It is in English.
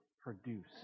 produce